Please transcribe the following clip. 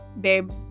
babe